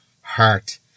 Heart